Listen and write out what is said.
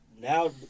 now